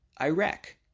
Iraq